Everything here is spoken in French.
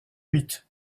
huit